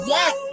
Yes